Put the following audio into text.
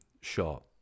shot